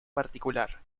particular